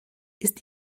ist